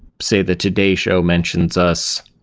say, the today's show mentions us,